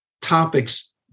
topics